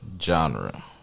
genre